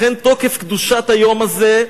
לכן תוקף קדושת היום הזה,